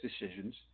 decisions